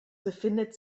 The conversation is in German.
befindet